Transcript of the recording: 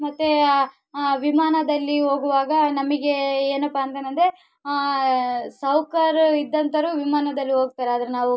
ಮತ್ತೆ ಆ ವಿಮಾನದಲ್ಲಿ ಹೋಗುವಾಗ ನಮಗೆ ಏನಪ್ಪ ಅಂದೆನಂದ್ರೆ ಸಾವುಕಾರ್ರು ಇದ್ದಂಥೊರು ವಿಮಾನದಲ್ಲಿ ಹೋಗ್ತಾರೆ ಆದರೆ ನಾವು